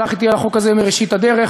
שהלך אתי על החוק הזה מראשית הדרך.